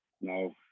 No